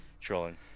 Trolling